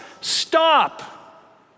stop